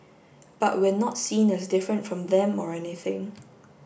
but we're not seen as different from them or anything